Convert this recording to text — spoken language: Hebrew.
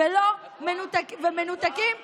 ומנותקים מעבר,